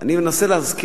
באה ממקום של פחדנות,